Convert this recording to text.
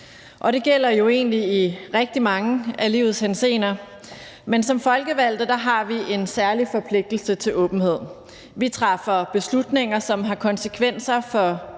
Det gælder jo egentlig i rigtig mange af livets forhold, men som folkevalgte har vi en særlig forpligtelse til at udvise åbenhed. Vi træffer beslutninger, som har konsekvenser,